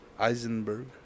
Eisenberg